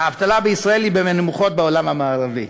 האבטלה בישראל היא בין הנמוכות בעולם המערבי,